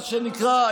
מה שנקרא,